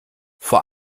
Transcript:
vor